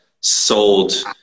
sold